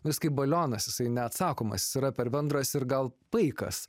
vis kaip balionas jisai neatsakomas jis yra per bendras ir gal paikas